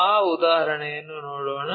ಆ ಉದಾಹರಣೆಯನ್ನು ನೋಡೋಣ